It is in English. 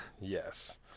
Yes